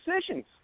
decisions